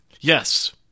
Yes